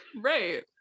right